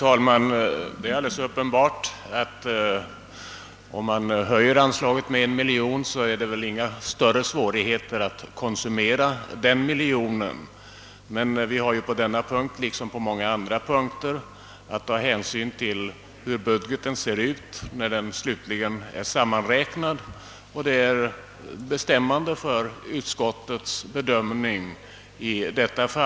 Herr talman! Om vi höjer anslaget med en miljon kronor, så får man säkerligen inga större svårigheter att konsumera den miljonen. Men vi har på denna liksom på andra punkter att ta hänsyn till hur budgeten kommer att se ut när den slutligen blir sammanräknad. Detta har varit bestämmande för utskottets bedömning av denna fråga.